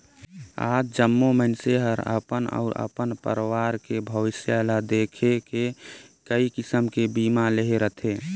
आज जम्मो मइनसे हर अपन अउ अपन परवार के भविस्य ल देख के कइ किसम के बीमा लेहे रथें